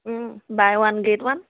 buy one get one